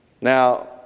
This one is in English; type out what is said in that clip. Now